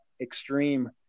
extreme